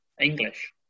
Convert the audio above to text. English